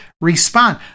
respond